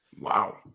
Wow